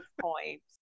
points